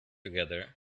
together